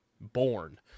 born